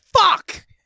fuck